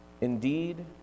Indeed